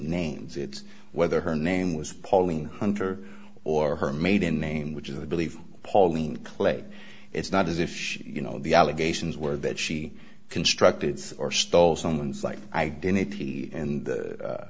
names it's whether her name was pauline hunter or her maiden name which is i believe pauline clay it's not as if you know the allegations were that she constructed or stole someone's life identity and